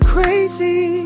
Crazy